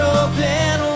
open